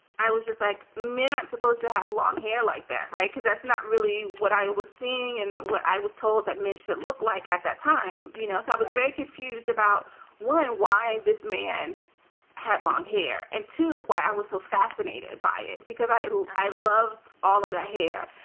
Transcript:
i was just like, like, men aren't supposed to have long hair like that. right. because that's not really what i was seeing and what i was told that men should look like at that time. you know, so i was very confused about why and why this man had long hair. and to why i was so fascinated by it, because i i loved all of that hair.